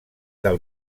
del